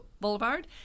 Boulevard